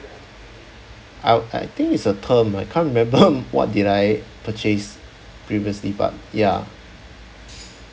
I I think it's a term I can't remember what did I purchase previously but ya